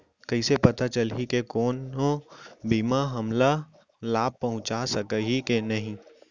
कइसे पता चलही के कोनो बीमा हमला लाभ पहूँचा सकही के नही